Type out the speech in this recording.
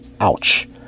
Ouch